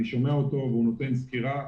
אני שומע אותו והוא נותן סקירה.